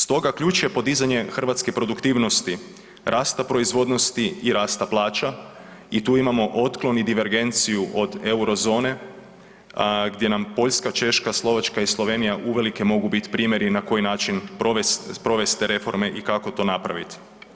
Stoga ključ je podizanje hrvatske produktivnosti, rasta proizvodnosti i rasta plaća i tu imamo otklon i divergenciju od eurozone gdje nam Poljska, Češka, Slovačka i Slovenija uvelike mogu bit primjer i na koji način provest, sprovest te reforme i kako to napravit.